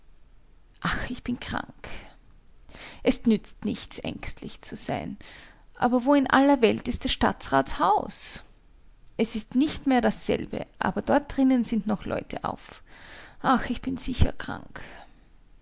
ach ich bin krank es nützt nichts ängstlich zu sein aber wo in aller welt ist des stadtrats haus es ist nicht mehr dasselbe aber dort drinnen sind noch leute auf ach ich bin sicher krank